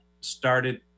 started